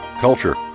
culture